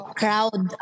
crowd